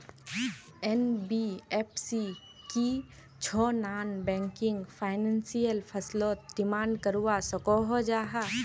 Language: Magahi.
एन.बी.एफ.सी की छौ नॉन बैंकिंग फाइनेंशियल फसलोत डिमांड करवा सकोहो जाहा?